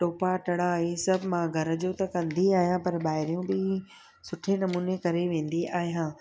टोपाटड़ा इहे सभु मां घर जो त कंदी आहियां पर ॿाहिरियों बि सुठे नमूने करे वेंदी आहियां